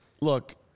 Look